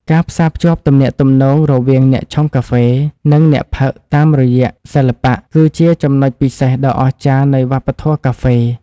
ការផ្សារភ្ជាប់ទំនាក់ទំនងរវាងអ្នកឆុងកាហ្វេ និងអ្នកផឹកតាមរយៈសិល្បៈ គឺជាចំណុចពិសេសដ៏អស្ចារ្យនៃវប្បធម៌កាហ្វេ។